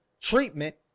treatment